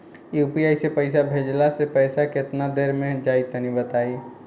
UPI से पईसा भेजलाऽ से पईसा केतना देर मे जाई तनि बताई?